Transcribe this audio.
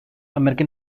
american